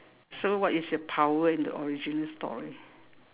so what is your power and the origin story